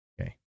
Okay